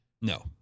no